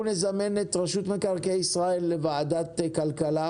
אנחנו נזמן את רשות מקרקעי ישראל לוועדת הכלכלה